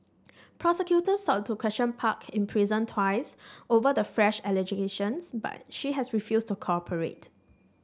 prosecutors sought to question Park in prison twice over the fresh allegations but she has refused to cooperate